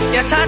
Yes